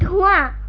la